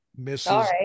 mrs